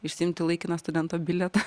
išsiimti laikiną studento bilietą